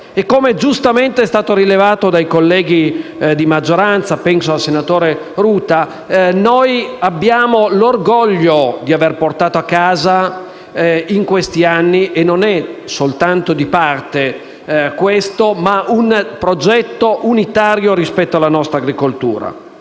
Come giustamente è stato rilevato dai colleghi di maggioranza (penso al senatore Ruta), noi abbiamo l’orgoglio di avere portato a casa in questi anni - e non è soltanto un orgoglio di parte - un progetto unitario rispetto alla nostra agricoltura.